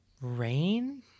rain